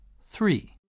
three